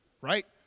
right